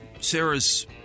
Sarah's